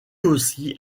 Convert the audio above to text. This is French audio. aussi